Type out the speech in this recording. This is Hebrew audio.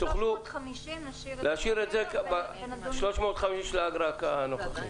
על 350, גובה האגרה הנוכחית.